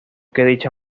dicha